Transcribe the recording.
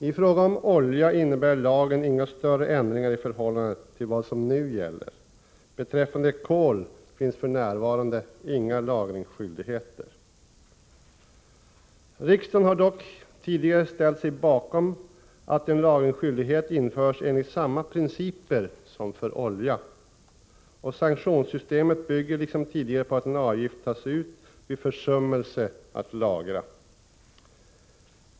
I fråga om olja innebär lagen inga större ändringar i förhållande till vad som nu gäller. Beträffande kol finns f.n. ingen lagringsskyldighet. Riksdagen har dock tidigare ställt sig bakom att en lagringsskyldighet införs enligt samma principer som för olja. Sanktionssystemet bygger liksom tidigare på att en avgift tas ut vid försummelse att lagra.